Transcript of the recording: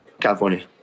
california